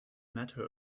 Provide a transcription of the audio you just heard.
matter